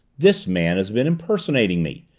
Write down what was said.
this man has been impersonating me.